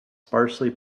sparsely